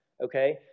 Okay